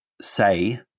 say